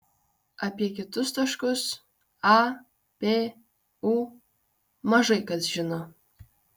apie kitus taškus a p u mažai kas žino